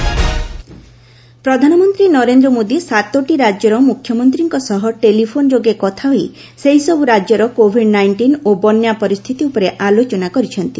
PM CM ପ୍ରଧାନମନ୍ତ୍ରୀ ନରେନ୍ଦ ମୋଦି ସାତୋଟି ରାଜ୍ୟର ମ୍ରଖ୍ୟମନ୍ତ୍ରୀଙ୍କ ସହ ଟେଲିଫୋନ ଯୋଗେ କଥା ହୋଇ ସେହି ସବୁ ରାଜ୍ୟର କୋଭିଡ୍ ନାଇଷ୍ଟିନ ଓ ବନ୍ୟା ପରିସ୍ଥିତି ଉପରେ ଆଲୋଚନା କରିଛନ୍ତି